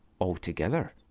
altogether